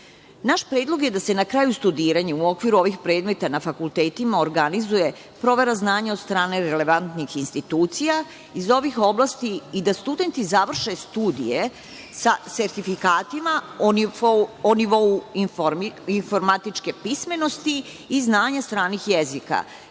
predlog je da se na kraju studiranja, u okviru ovih predmeta na fakultetima, organizuje provera znanja od strane relevantnih institucija iz ovih oblasti i da studenti završe studije sa sertifikatima o nivou informatičke pismenosti i znanje stranih jezika,